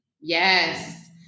Yes